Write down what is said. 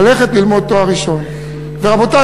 רבותי,